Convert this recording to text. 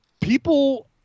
people